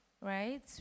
right